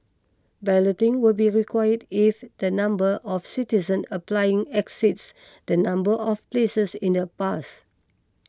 balloting will be required if the number of citizens applying exceeds the number of places in that